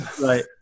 Right